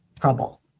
trouble